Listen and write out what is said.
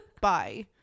Bye